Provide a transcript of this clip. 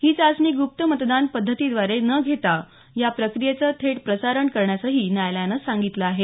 ही चाचणी गुप्त मतदान पद्धतीद्वारे न घेता या प्रक्रियेचे थेट प्रसारण करण्यासही न्यायालयानं सांगितलं आहे